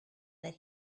that